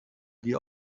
dir